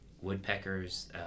Woodpeckers